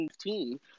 team